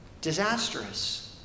disastrous